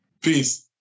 Peace